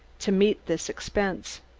to meet this expense.